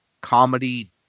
comedy